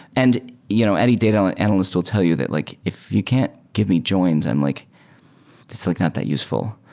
and you know any data and analyst will tell you that like if you can't give me joins, i'm like it's like not that useful.